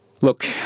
Look